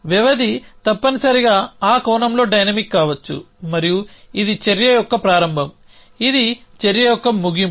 వ్యవధి తప్పనిసరిగా ఆ కోణంలో డైనమిక్ కావచ్చు మరియు ఇది చర్య యొక్క ప్రారంభం ఇది చర్య యొక్క ముగింపు